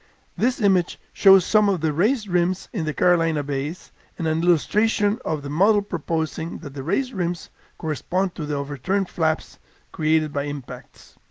this image shows some of the raised rims in the carolina bays and an illustration of the model proposing that the raised rims correspond to the overturned flaps created by impacts.